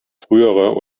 früherer